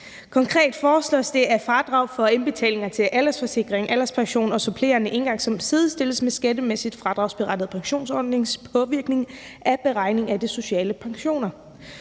Konkret foreslås det, at fradrag for indbetalinger til aldersforsikring, alderspension og supplerende engangssum sidestilles med skattemæssigt fradragsberettigede pensionsordningers påvirkning af beregning af de sociale pensioner.